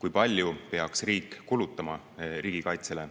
kui palju peaks riik kulutama riigikaitsele.